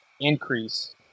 increase